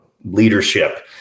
leadership